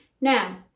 now